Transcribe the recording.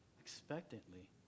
expectantly